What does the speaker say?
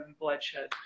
bloodshed